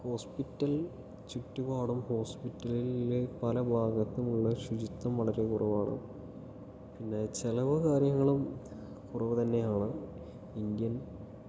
hospital ചുറ്റുപാടും ഹോസ്പിറ്റലിലെ പല ഭാഗത്തുമുള്ള ശുചിത്വം വളരെ കുറവാണ് പിന്നെ ചിലവ് കാര്യങ്ങളും കുറവ് തന്നെയാണ് ഇന്ത്യൻ